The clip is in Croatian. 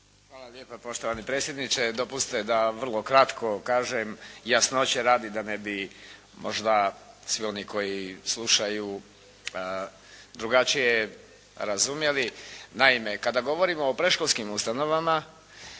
Hvala lijepa poštovani predsjedniče. Dopustite da vrlo kratko kažem jasnoće radi da ne bi možda svi oni koji slušaju drugačije razumjeli. Naime, kada govorimo o predškolskim ustanovama